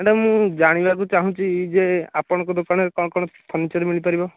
madam ମୁଁ ଜାଣିବାକୁ ଚାହୁଁଛି ଯେ ଆପଣଙ୍କ ଦୋକାନରେ କ'ଣ କ'ଣ ଫର୍ଣ୍ଣିଚର୍ ମିଳିପାରିବ